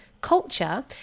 culture